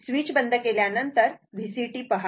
switch बंद केल्यानंतर VCt पहा